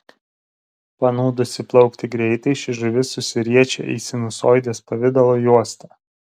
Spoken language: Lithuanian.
panūdusi plaukti greitai ši žuvis susiriečia į sinusoidės pavidalo juostą